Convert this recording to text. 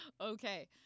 Okay